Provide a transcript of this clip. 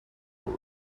what